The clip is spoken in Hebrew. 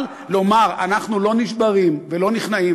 אבל לומר: אנחנו לא נשברים ולא נכנעים,